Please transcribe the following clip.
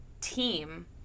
team